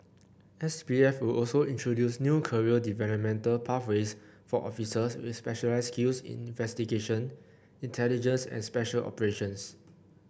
S P F will also introduce new career developmental pathways for officers with specialised skills in investigation intelligence and special operations